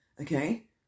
Okay